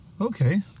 Okay